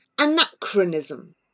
anachronism